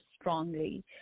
strongly